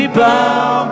bow